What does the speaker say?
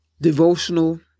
devotional